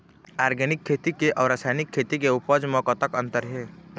Organic खेती के अउ रासायनिक खेती के उपज म कतक अंतर हे?